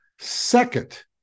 Second